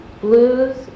Blues